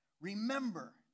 Remember